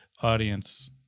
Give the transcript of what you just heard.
audience